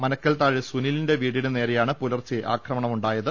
മനക്കൽതാഴെ സുനിലിന്റെ വീടിന് നേരെയാണ് പുലർച്ചെ അക്രമമുണ്ടായത്